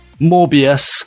Morbius